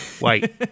Wait